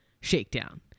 shakedown